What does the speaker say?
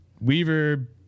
weaver